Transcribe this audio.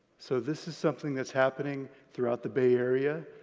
so this is something that's happening throughout the bay area,